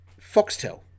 Foxtel